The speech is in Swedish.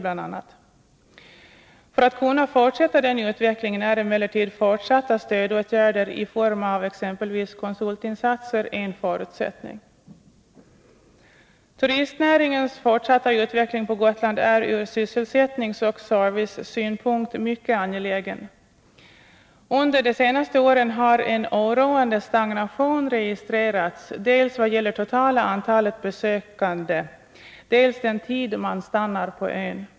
För att man skall kunna fortsätta den utvecklingen är emellertid fortsatta stödåtgärder i form av exempelvis konsultinsatser en förutsättning. Turistnäringens fortsatta utveckling på Gotland är ur sysselsättningsoch servicesynpunkt mycket angelägen. Under de senaste åren har en oroande stagnation registrerats dels vad gäller totala antalet besökande, dels den tid besökarna stannar på ön.